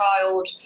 child